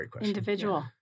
individual